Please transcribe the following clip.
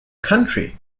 country